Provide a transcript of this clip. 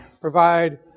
provide